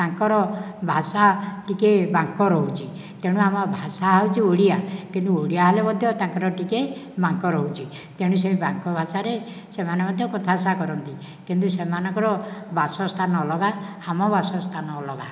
ତାଙ୍କର ଭାଷା ଟିକେ ବାଙ୍କ ରହୁଛି ତେଣୁ ଆମ ଭାଷା ହେଉଛି ଓଡ଼ିଆ କିନ୍ତୁ ଓଡ଼ିଆ ହେଲେ ମଧ୍ୟ ତାଙ୍କର ଟିକେ ବାଙ୍କ ରହୁଛି ତେଣୁ ସେ ବାଙ୍କ ଭାଷାରେ ସେମାନେ ମଧ୍ୟ କଥା ଭାଷା କରନ୍ତି କିନ୍ତୁ ସେମାନଙ୍କର ବାସସ୍ଥାନ ଅଲଗା ଆମ ବାସସ୍ଥାନ ଅଲଗା